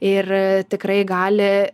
ir tikrai gali